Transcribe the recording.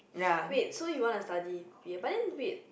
wait so you wanna study ya but then wait